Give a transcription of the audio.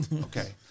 Okay